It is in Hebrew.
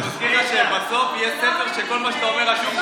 אני מזכיר לך שבסוף יהיה ספר שכל מה שאתה אומר רשום בו.